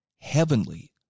heavenly